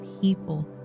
people